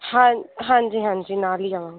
ਹਾਂਜੀ ਹਾਂਜੀ ਹਾਂਜੀ ਨਾਲ ਹੀ ਆਵਾਂਗੇ